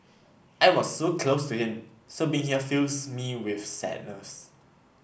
I was so close to him so being here fills me with sadness